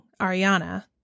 ariana